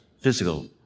physical